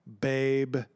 babe